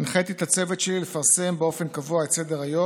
הנחיתי את הצוות שלי לפרסם באופן קבוע את סדר-היום,